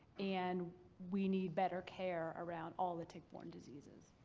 and we need better care around all the tick-borne diseases.